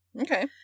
Okay